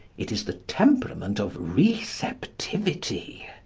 it is the temperament of receptivity.